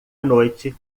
noite